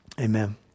amen